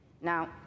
Now